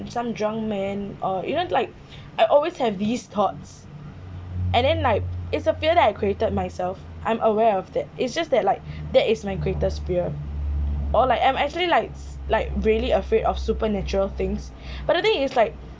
some drunk man or even like I always have these thoughts and then like it's appear that I created myself I'm aware of that it's just that like that is my greatest fear all like I am actually like like really afraid of supernatural things but the thing is like